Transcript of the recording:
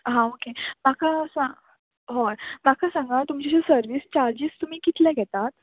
हां ओके म्हाका सांग हय म्हाका सांगा तुमचे सर्वीस चार्जीस तुमी कितले घेतात